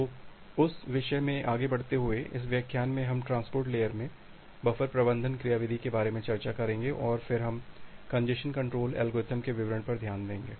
तो उस विषय से आगे बढ़ते हुए इस व्याख्यान में हम ट्रांसपोर्ट लेयर में बफर प्रबंधन क्रियाविधि के बारे में चर्चा करेंगे और फिर हम कंजेस्शन कंट्रोल एल्गोरिदम के विवरण पर ध्यान देंगे